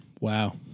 Wow